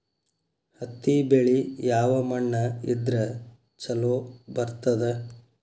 ಹತ್ತಿ ಬೆಳಿ ಯಾವ ಮಣ್ಣ ಇದ್ರ ಛಲೋ ಬರ್ತದ?